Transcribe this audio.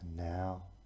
Now